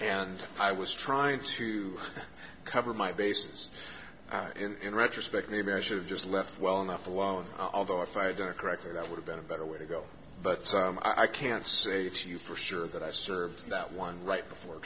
and i was trying to cover my bases in retrospect maybe i should have just left well enough alone although if i had done correctly that would have been a better way to go but i can't say to you for sure that i sterve that one right before